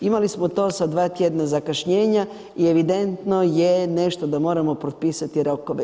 Imali smo to sa dva tjedna zakašnjenja i evidentno je nešto da moramo propisati rokove.